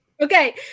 Okay